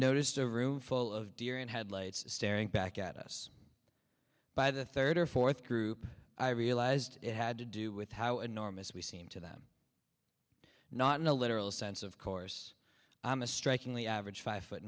noticed a roomful of deer in headlights staring back at us by the third or fourth group i realized it had to do with how enormous we seem to them not in a literal sense of course i'm a strikingly average five foot